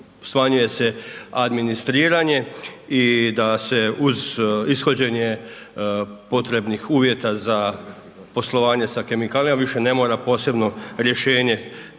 smanjuje se administriranje i da se uz ishođenje potrebnih uvjeta za poslovanje sa kemikalijama više ne mora posebno rješenje